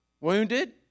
wounded